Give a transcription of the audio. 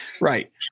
Right